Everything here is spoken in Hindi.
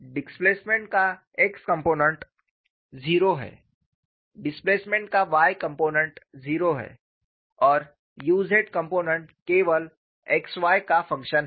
डिस्प्लेसमेंट का x कॉम्पोनेन्ट 0 है डिस्प्लेसमेंट का y कॉम्पोनेन्ट 0 है और u z कॉम्पोनेन्ट केवल x y का फंक्शन है